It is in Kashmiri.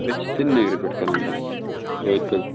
أسۍ چھِ سرینگرٕ پٮ۪ٹھ کران کَتھ عٲلۍ کٔہ